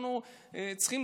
אנחנו צריכים